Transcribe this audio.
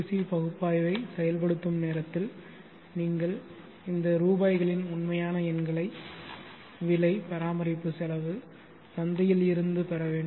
C பகுப்பாய்வை செயல்படுத்தும் நேரத்தில் நீங்கள் இந்த ரூபாய்களின் உண்மையான எண்களை விலை பராமரிப்பு செலவு சந்தையில் இருந்து பெற வேண்டும்